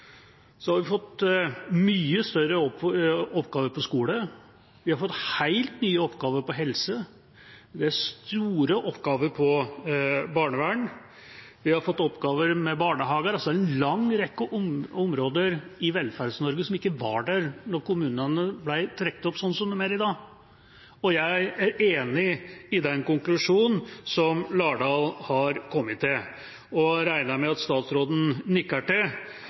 har vi fått mye større oppgaver på skole, vi har fått helt nye oppgaver på helse, det er store oppgaver på barnevern, og vi har fått oppgaver med barnehager, altså en lang rekke områder i Velferds-Norge som ikke var der da kommunegrensene ble trukket opp sånn som de er i dag. Jeg er enig i den konklusjonen som Lardal har kommet til, og regner med at statsråden nikker til